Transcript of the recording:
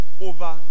over